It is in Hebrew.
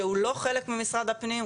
שהוא לא חלק ממשרד הפנים,